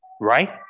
right